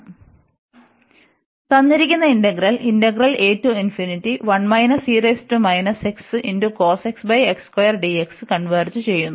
അതിനാൽ തന്നിരിക്കുന്ന integral converge ചെയ്യുന്നു